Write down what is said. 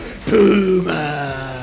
Puma